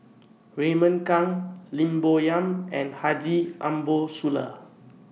Raymond Kang Lim Bo Yam and Haji Ambo Sooloh